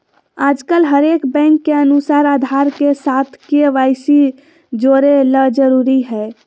आजकल हरेक बैंक के अनुसार आधार के साथ के.वाई.सी जोड़े ल जरूरी हय